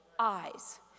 eyes